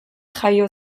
jaio